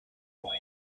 boy